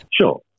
Sure